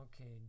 okay